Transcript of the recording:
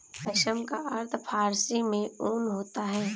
पश्म का अर्थ फारसी में ऊन होता है